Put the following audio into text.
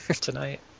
tonight